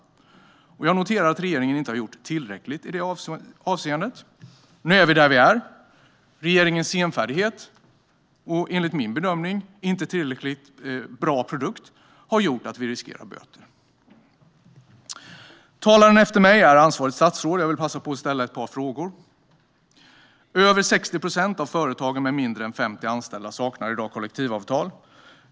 Jag noterar att regeringen inte har gjort tillräckligt i detta avseende. Nu är vi där vi är. Regeringens senfärdighet och enligt min bedömning undermåliga produkt har gjort att vi riskerar böter. Talaren som kommer efter mig är det ansvariga statsrådet, och jag vill passa på att ställa några frågor. Över 60 procent av företag med mindre än 50 anställda saknar i dag kollektivavtal.